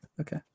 Okay